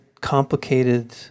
complicated